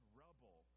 rubble